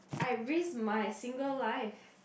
I risk my single life